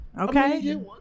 Okay